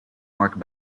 marked